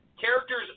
characters